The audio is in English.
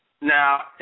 Now